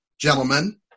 gentlemen